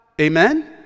amen